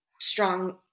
strong